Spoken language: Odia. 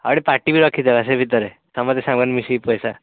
ଆଉ ଗୋଟେ ପାର୍ଟିବି ରଖିଦେବା ସେ ଭିତରେ ସମସ୍ତେ ସାଙ୍ଗମାନେ ମିଶିକି ପଇସା